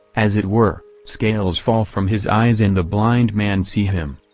as it were, scales fall from his eyes and the blind man see him.